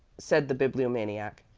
said the bibliomaniac.